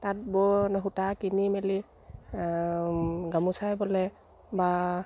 সূতা কিনি মেলি গামোচাই বলে বা